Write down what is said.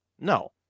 No